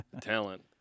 talent